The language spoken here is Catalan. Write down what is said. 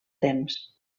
temps